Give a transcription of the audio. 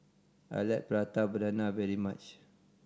I like Prata Banana very much